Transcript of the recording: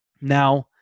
Now